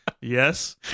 Yes